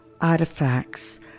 artifacts